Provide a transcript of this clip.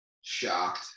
Shocked